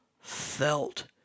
felt